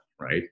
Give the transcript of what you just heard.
right